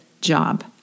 job